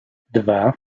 dwa